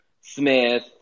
Smith